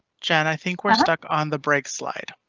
jess i think we're stuck on the break slide.